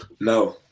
No